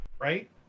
Right